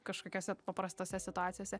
kažkokiose paprastose situacijose